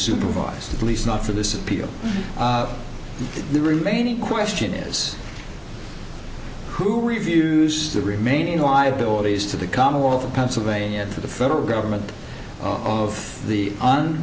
supervised at least not for this appeal the remaining question is who reviews the remaining liabilities to the commonwealth of pennsylvania for the federal government of the on